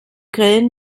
grillen